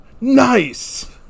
Nice